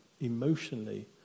emotionally